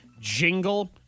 jingle